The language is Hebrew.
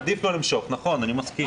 עדיף לא למשוך, נכון, אני מסכים.